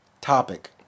topic